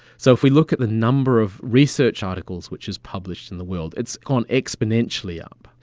so if we look at the number of research articles which is published in the world, it's gone exponentially up.